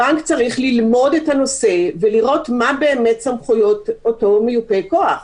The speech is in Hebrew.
הבנק צריך ללמוד את הנושא ולראות מה באמת סמכויות אותו מיופה כוח.